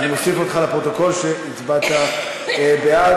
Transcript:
אני מוסיף לפרוטוקול שהצבעת בעד.